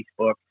Facebook